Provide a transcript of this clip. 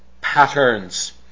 patterns